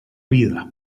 vida